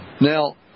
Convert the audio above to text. now